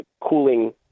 cooling